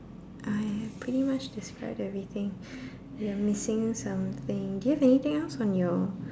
I have pretty much described everything we are missing something do you have anything else on your